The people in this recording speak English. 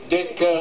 Dick